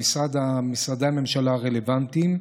במשרדי הממשלה הרלוונטיים,